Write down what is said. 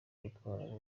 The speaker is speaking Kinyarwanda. gutwara